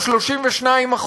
הוא 32%,